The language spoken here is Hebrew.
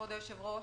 כבוד היושב-ראש,